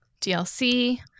DLC